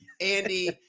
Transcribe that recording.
Andy